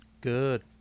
Good